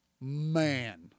man